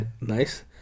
Nice